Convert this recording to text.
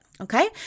okay